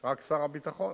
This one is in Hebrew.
רק שר הביטחון.